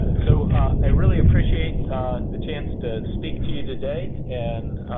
so, i really appreciate the chance to speak to you today and,